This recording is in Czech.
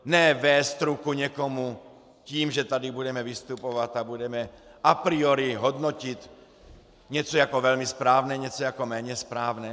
Ne vést ruku někomu tím, že tady budeme vystupovat a budeme a priori hodnotit něco jako velmi správné, něco jako méně správné.